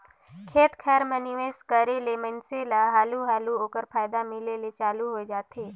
खेत खाएर में निवेस करे ले मइनसे ल हालु हालु ओकर फयदा मिले ले चालू होए जाथे